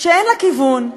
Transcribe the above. שאין לה כיוון,